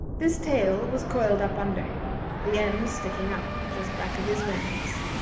this tail was coiled up under him, the end sticking up just back of his wings.